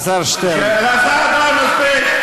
אלעזר, די, מספיק.